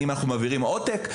האם אנחנו מעבירים עותק.